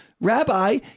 rabbi